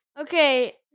Okay